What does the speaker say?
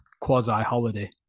quasi-holiday